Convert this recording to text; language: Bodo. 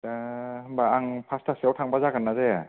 दा होनबा आं पासतासोआव थांबा जागोनना जाया